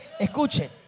Escuche